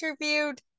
interviewed